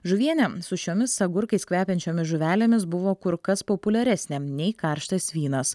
žuvienė su šiomis agurkais kvepiančiomis žuvelėmis buvo kur kas populiaresnė nei karštas vynas